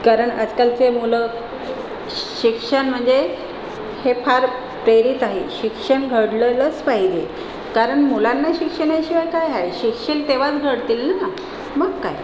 कारण आजकालचे मुलं शिक्षण म्हणजे हे फार प्रेरित आहे शिक्षण घडलंच पाहिजे कारण मुलांना शिक्षणाशिवाय काय आहे शिक्षण तेव्हाच घडतील ना मग काय